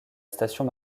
station